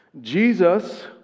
Jesus